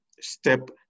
step